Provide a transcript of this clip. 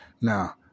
Now